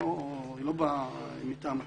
היא לא באה מטעם עצמה.